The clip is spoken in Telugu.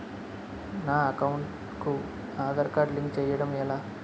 నా అకౌంట్ కు ఆధార్ కార్డ్ లింక్ చేయడం ఎలా?